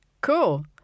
Cool